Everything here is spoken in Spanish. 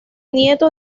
nieto